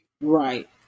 Right